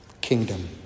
kingdom